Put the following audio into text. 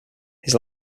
his